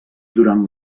durant